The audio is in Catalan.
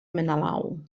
menelau